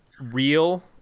real